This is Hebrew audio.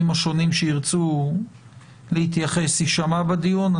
השונים שירצו להתייחס יישמע בדיון.